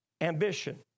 ambition